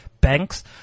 banks